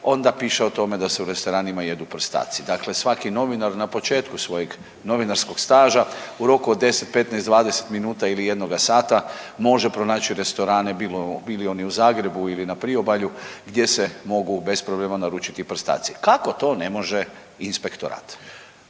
onda piše o tome da se u restoranima jedu prstaci. Dakle, svaki novinar na početku svojeg novinarskog staža u roku od 10, 15, 20 minuta ili jednoga sata može pronaći restorane bili oni u Zagrebu ili na Priobalju gdje se mogu bez problema naručiti prstaci. Kako to ne može inspektorat?